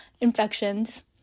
infections